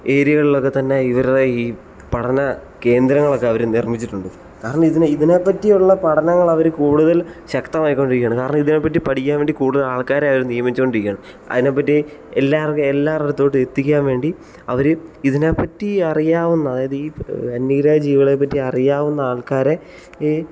ഏരിയകളിലൊക്കെ തന്നെ ഇവരുടെ ഈ പഠനകേന്ദ്രങ്ങളൊക്കെ അവർ നിർമ്മിച്ചിട്ടുണ്ട് കാരണം ഇതിനെ ഇതിനെപ്പറ്റിയുള്ള പഠനങ്ങളവർ കൂടുതൽ ശക്തമാക്കിക്കൊണ്ടിരിക്കുകയാണ് കാരണം ഇതിനെപ്പറ്റി പഠിക്കാൻ വേണ്ടികൂടുതൽ ആൾക്കാരെ അവർ നിയമിച്ച് കൊണ്ടിരിക്കുകയാണ് അതിനെപ്പറ്റി എല്ലാവർക്കും എല്ലാവരുടെയടുത്തോട്ടും എത്തിക്കാൻ വേണ്ടി അവർ ഇതിനെപ്പറ്റി അറിയാവുന്ന അതായത് ഈ അന്യഗ്രഹ ജീവികളിപ്പറ്റി അറിയാവുന്ന ആൾക്കാരെ